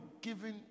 giving